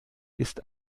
ist